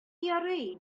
ярый